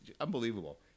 unbelievable